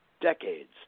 decades